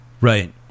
right